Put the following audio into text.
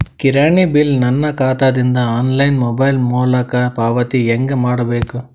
ಕಿರಾಣಿ ಬಿಲ್ ನನ್ನ ಖಾತಾ ದಿಂದ ಆನ್ಲೈನ್ ಮೊಬೈಲ್ ಮೊಲಕ ಪಾವತಿ ಹೆಂಗ್ ಮಾಡಬೇಕು?